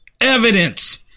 evidence